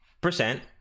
percent